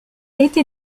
été